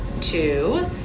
two